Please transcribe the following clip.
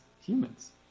humans